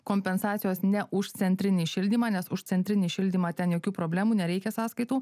kompensacijos ne už centrinį šildymą nes už centrinį šildymą ten jokių problemų nereikia sąskaitų